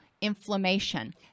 inflammation